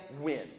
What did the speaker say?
win